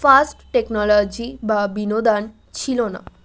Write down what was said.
fast technology বা বিনোদন ছিলো না